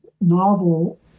novel